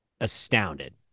astounded